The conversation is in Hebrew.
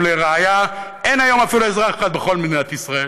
לראיה, אין אפילו אזרח אחד בכל מדינת ישראל